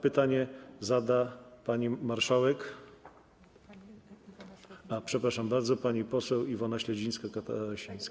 Pytanie zada pani marszałek, przepraszam bardzo, pani poseł Iwona Śledzińska-Katarasińska.